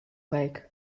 like